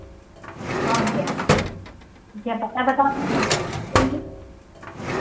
और क्या या पता बताना देंगे